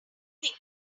that